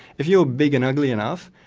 if you're big and ugly enough,